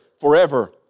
forever